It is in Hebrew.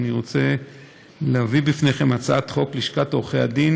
אני רוצה להביא בפניכם את הצעת חוק לשכת עורכי הדין